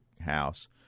house